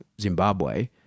Zimbabwe